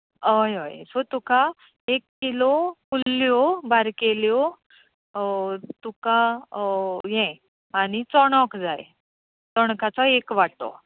हय हय सो तुका एक किलो कुल्ल्यो बारकेल्यो आनी तुका हें चोणोक जाय चोणकाचो एक वांटो